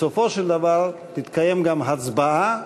בסופו של דבר תתקיים גם הצבעה.